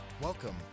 Welcome